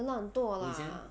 很懒惰 lah